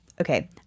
Okay